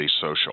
social